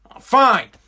Fine